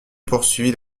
poursuivit